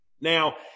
Now